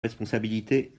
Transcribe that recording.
responsabilités